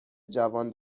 جوان